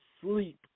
sleep